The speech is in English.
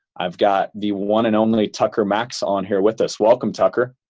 i've got the one and only tucker max on here with us. welcome, tucker.